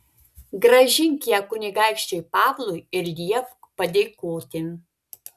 grąžink ją kunigaikščiui pavlui ir liepk padėkoti